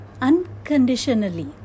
unconditionally